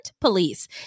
police